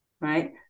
right